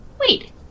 Wait